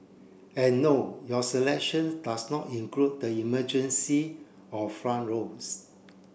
and no your selection does not include the emergency or front rows